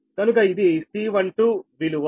కనుక ఇది C12 విలువ